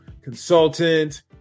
consultant